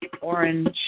orange